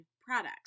products